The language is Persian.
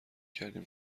کردیم